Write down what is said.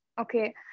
Okay